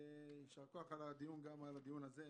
יישר כוח על הדיון, גם על הדיון הזה.